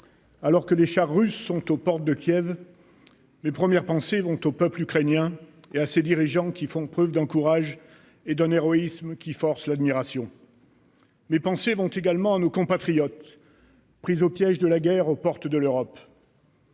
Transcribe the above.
alors que les chars russes sont aux portes de Kiev, mes premières pensées vont au peuple ukrainien et à ses dirigeants, qui font preuve d'un courage et d'un héroïsme forçant l'admiration. Mes pensées vont également à nos compatriotes, pris au piège de la guerre aux portes de l'Europe.